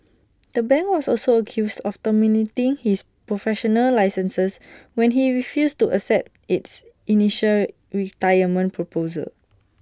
the bank was also accused of terminating his professional licenses when he refused to accept its initial retirement proposal